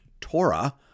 Torah